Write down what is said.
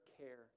care